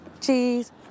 Cheese